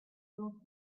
vingt